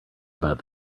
about